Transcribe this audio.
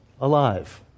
alive